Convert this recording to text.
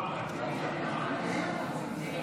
גברתי היושבת-ראש, חבריי חברי הכנסת,